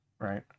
right